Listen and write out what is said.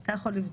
אתה יכול לבדוק.